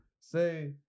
say